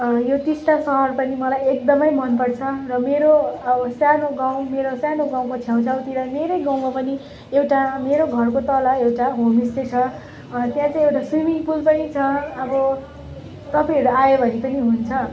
यो टिस्टा सहर पनि मलाई एकदम मन पर्छ र मेरो अब सानो गाउँ मेरो सानो गाउँको छेउछाउतिर मेरो गाउँमा पनि एउटा मेरो घरको तल एउटा होम स्टे छ अनि त्यहाँ चाहिँ एउटा स्विमिङ पुल पनि छ अब तपाईँहरू आयो भने पनि हुन्छ